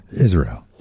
Israel